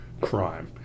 crime